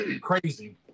Crazy